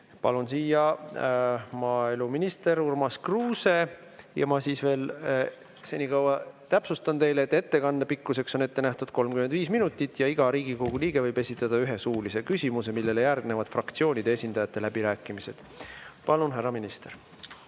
Palun siia maaeluminister Urmas Kruuse. Ma senikaua täpsustan teile, et ettekande pikkuseks on ette nähtud 35 minutit ja iga Riigikogu liige võib esitada ühe suulise küsimuse, millele järgnevad fraktsioonide esindajate läbirääkimised. Palun, härra minister!